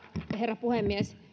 herra puhemies